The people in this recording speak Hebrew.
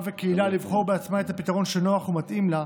וקהילה לבחור בעצמה את הפתרון שנוח ומתאים לה,